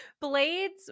blade's